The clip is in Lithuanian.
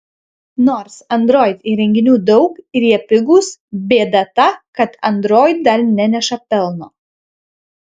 nors android įrenginių daug ir jie pigūs bėda ta kad android dar neneša pelno